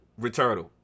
Returnal